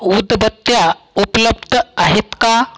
उदबत्त्या उपलब्ध आहेत का